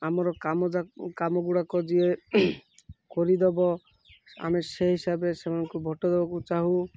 ଆମର କାମ କାମ ଗୁଡ଼ାକ ଯିଏ କରିଦବ ଆମେ ସେ ହିସାବରେ ସେମାନଙ୍କୁ ଭୋଟ୍ ଦବାକୁ ଚାହୁଁ